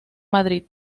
madrid